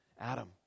Adam